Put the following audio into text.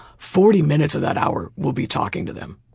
forty minutes of that hour will be talking to them.